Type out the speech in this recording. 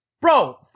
bro